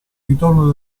ritorno